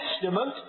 Testament